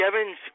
Evans